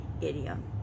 idiom